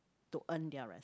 to earn their res~